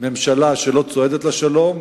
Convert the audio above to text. ממשלה שלא צועדת לשלום,